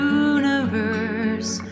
universe